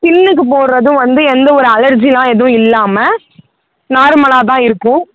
ஸ்கின்னுக்கு போடுறதும் வந்து எந்த ஒரு அலர்ஜி எல்லாம் எதுவும் இல்லாமல் நார்மலாக தான் இருக்கும்